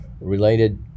related